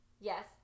Yes